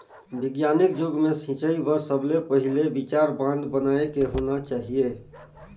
बिग्यानिक जुग मे सिंचई बर सबले पहिले विचार बांध बनाए के होना चाहिए